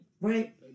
Right